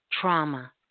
trauma